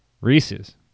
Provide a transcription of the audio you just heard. Reese's